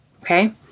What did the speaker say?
Okay